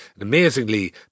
amazingly